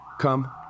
come